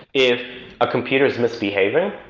if a computer is misbehaving,